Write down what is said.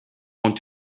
want